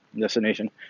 destination